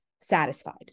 satisfied